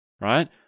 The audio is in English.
right